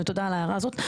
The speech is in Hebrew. ותודה על ההערה הזאת.